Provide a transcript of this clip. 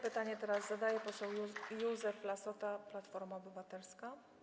Pytanie teraz zadaje poseł Józef Lassota, Platforma Obywatelska.